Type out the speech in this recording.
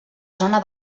zona